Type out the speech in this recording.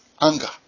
anger